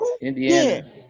Indiana